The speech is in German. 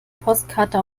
postkarte